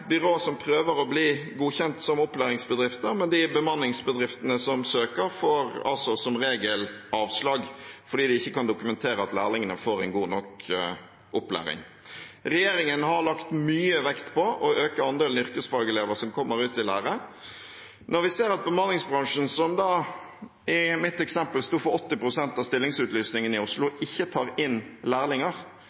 som prøver å bli godkjent som opplæringsbedrifter, men bemanningsbedriftene som søker, får altså som regel avslag fordi de ikke kan dokumentere at lærlingene får en god nok opplæring. Regjeringen har lagt mye vekt på å øke andelen yrkesfagelever som kommer ut i lære. Når vi ser at bemanningsbransjen, som da i mitt eksempel sto for 80 pst. av stillingsutlysningene i Oslo, ikke tar inn lærlinger,